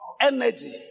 energy